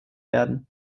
werden